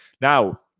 now